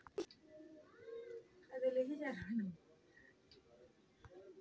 भारतत कटहलेर विभिन्न प्रजाति पाल जा छेक याक कच्चा या पकइ खा छेक